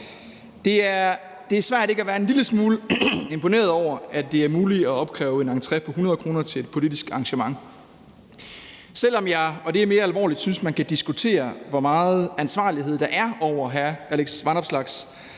Det er svært ikke at være en lille smule imponeret over, at det er muligt at opkræve en entré på 100 kr. til et politisk arrangement, selv om jeg – og det er mere alvorligt – synes, at man kan diskutere, hvor meget ansvarlighed der er over hr. Alex Vanopslaghs